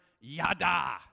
Yada